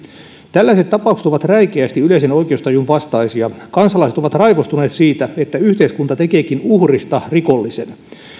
tällaiset tapaukset ovat räikeästi yleisen oikeustajun vastaisia kansalaiset ovat raivostuneet siitä että yhteiskunta tekeekin uhrista rikollisen